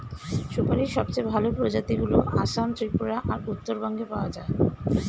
সুপারীর সবচেয়ে ভালো প্রজাতিগুলো আসাম, ত্রিপুরা আর উত্তরবঙ্গে পাওয়া যায়